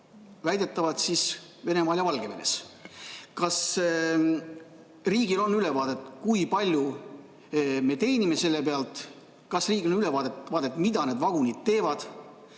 väidetavalt Venemaal ja Valgevenes. Kas riigil on ülevaadet, kui palju me teenime selle pealt? Kas riigil on ülevaadet, mida need vagunid teevad?